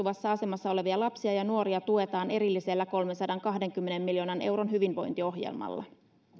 haavoittuvassa asemassa olevia lapsia ja nuoria tuetaan erillisellä kolmensadankahdenkymmenen miljoonan euron hyvinvointiohjelmalla